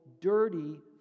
dirty